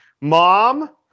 Mom